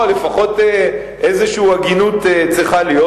לפחות הגינות כלשהי צריכה להיות.